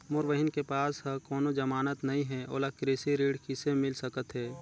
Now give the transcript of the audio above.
मोर बहिन के पास ह कोनो जमानत नहीं हे, ओला कृषि ऋण किसे मिल सकत हे?